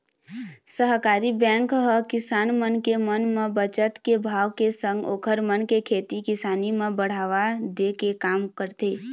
सहकारी बेंक ह किसान मन के मन म बचत के भाव के संग ओखर मन के खेती किसानी म बढ़ावा दे के काम करथे